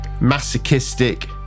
masochistic